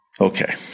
Okay